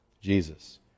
Jesus